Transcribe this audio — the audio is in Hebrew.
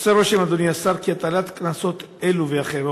עושה רושם, אדוני השר, כי הטלת קנסות אלו ואחרים